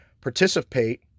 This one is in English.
participate